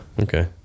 okay